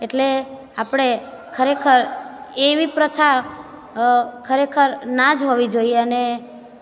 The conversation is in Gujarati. એટલે આપણે ખરેખર એવી પ્રથા ખરેખર ના જ હોવી જોઈએ અને